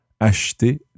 acheter